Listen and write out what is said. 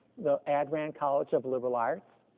the addran college of liberal arts,